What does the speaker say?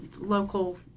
local